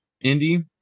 Indy